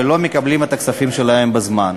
ולא מקבלים את הכספים שלהם בזמן.